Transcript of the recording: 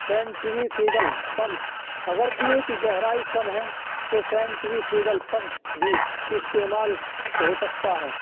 centrifugal pump اگر کوے کی گہرائی کم ہے تو سینٹریفیگل پمپ بھی استعمال ہو سکتا ہے